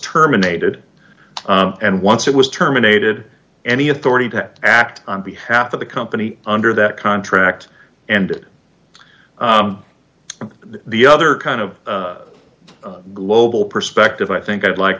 terminated and once it was terminated any authority to act on behalf of the company under that contract and and the other kind of global perspective i think i'd like